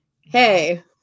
hey